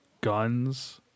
guns